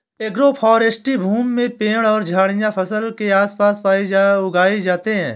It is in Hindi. एग्रोफ़ोरेस्टी भूमि में पेड़ और झाड़ियाँ फसल के आस पास उगाई जाते है